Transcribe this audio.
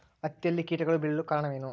ಹತ್ತಿಯಲ್ಲಿ ಕೇಟಗಳು ಬೇಳಲು ಕಾರಣವೇನು?